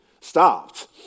stopped